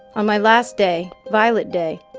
on my last day, violet day,